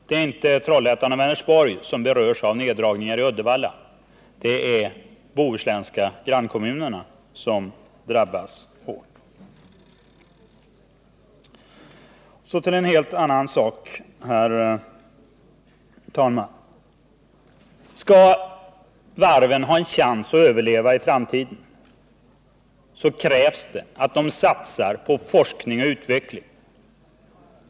Det är inte Trollhättan och Vänersborg det rör sig om vid neddragningar i Uddevalla, utan det är de bohuslänska grannkommunerna som drabbas. Så en helt annan sak, herr talman. Skall varven ha en chans att överleva i framtiden krävs att de satsar på forskning och utveckling.